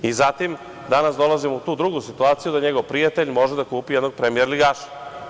I zato danas dolazimo u tu drugu situaciju da njegov prijatelj može da kupi jednog premijerligaša.